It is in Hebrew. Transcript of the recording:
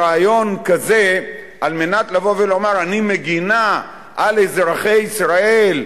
ברעיון כזה כדי לבוא ולומר: אני מגינה על אזרחי ישראל,